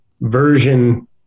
version